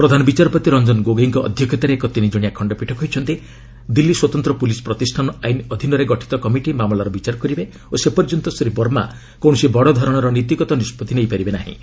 ପ୍ରଧାନ ବିଚାରପତି ରଞ୍ଜନ ଗୋଗୋଇଙ୍କ ଅଧ୍ୟକ୍ଷତାରେ ଏକ ତିନି ଜଣିଆ ଖଶ୍ଚପୀଠ କହିଛନ୍ତି ଦିଲ୍ଲୀ ସ୍ୱତନ୍ତ୍ର ପୁଲିସ୍ ପ୍ରତିଷ୍ଠାନ ଆଇନ୍ ଅଧୀନରେ ଗଠିତ କମିଟି ମାମଲାର ବିଚାର କରିବେ ଓ ସେ ପର୍ଯ୍ୟନ୍ତ ଶ୍ରୀ ବର୍ମା କକିଣସି ବଡ଼ଧରଣର ନୀତିଗତ ନିଷ୍ପଭି ନେଇପାରିବେ ନାହିଁ